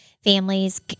families